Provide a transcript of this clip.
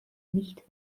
nicht